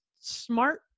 smart